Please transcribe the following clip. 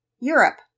Europe